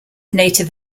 native